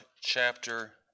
chapter